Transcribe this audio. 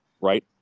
Right